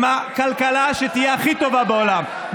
עם הכלכלה שתהיה הכי טובה בעולם,